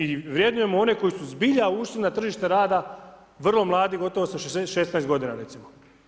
I vrednujemo one koji su zbilja ušli na tržište rada vrlo mladi, gotovo sa 16 godina recimo.